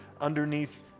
underneath